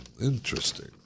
Interesting